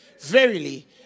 verily